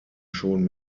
schon